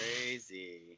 Crazy